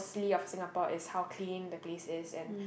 ~ly of Singapore is how clean the place is and